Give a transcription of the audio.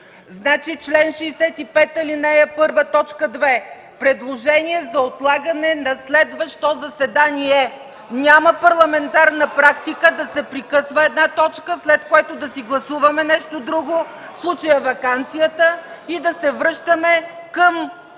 Член 65, ал. 1, т. 2 – „предложение за отлагане на следващо заседание”. Няма парламентарна практика да се прекъсва една точка, след което да си гласуваме нещо друго, в случая – ваканцията, и да се връщаме към